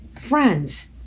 friends